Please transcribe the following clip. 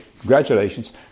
Congratulations